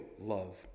love